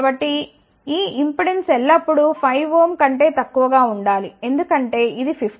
కాబట్టి ఈ ఇంపెడెన్స్ ఎల్లప్పుడూ 5 ఓం కంటే తక్కువగా ఉండాలి ఎందుకంటే ఇది 50